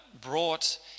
brought